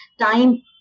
time